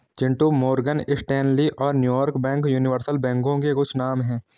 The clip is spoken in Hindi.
चिंटू मोरगन स्टेनली और न्यूयॉर्क बैंक यूनिवर्सल बैंकों के कुछ नाम है